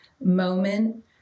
moment